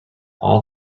all